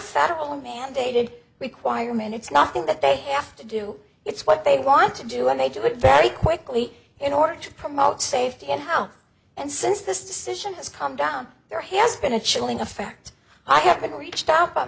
federal mandated require man it's nothing that they have to do it's what they want to do and they do it very only in order to promote safety and how and since this decision has come down there has been a chilling effect i haven't reached